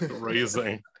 raising